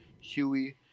Huey